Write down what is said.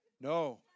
No